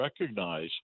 recognize